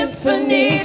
symphony